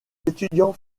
étudiants